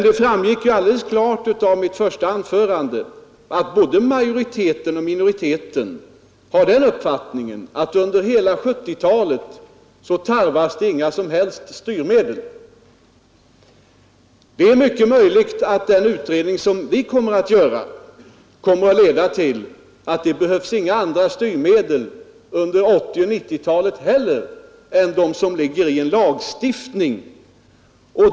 Det framgick alldeles klart av mitt första anförande att både majoriteten och minoriteten inom utredningen har den uppfattningen att det under hela 1970-talet inte tarvas några som helst styrmedel. Det är mycket möjligt att den utredning vi kommer att göra leder till att inte heller under 1980 eller 1990-talen några andra styrmedel behövs än de som ligger i en lagstiftning.